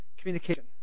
communication